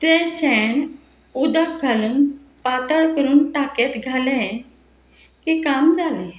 तें शेण उदक घालून पातळ करून टाकयेंत घालें की काम जालें